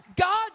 God